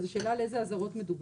אז השאלה היא על אילו אזהרות מדובר.